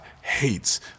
hates